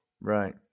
Right